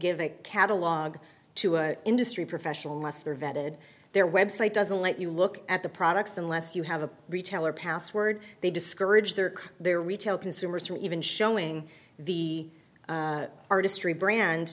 give a catalogue to an industry professional less their vetted their website doesn't let you look at the products unless you have a retailer password they discourage their their retail consumers from even showing the artistry brand